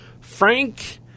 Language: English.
Frank